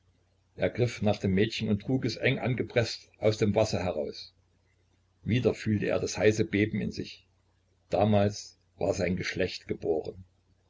er griff nach dem mädchen und trug es eng angepreßt aus dem wasser heraus wieder fühlte er das heiße beben in sich damals war sein geschlecht geboren